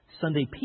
Sunday